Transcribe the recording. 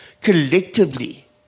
Collectively